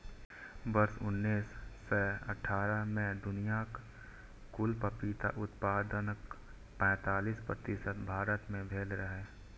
वर्ष उन्नैस सय अट्ठारह मे दुनियाक कुल पपीता उत्पादनक पैंतालीस प्रतिशत भारत मे भेल रहै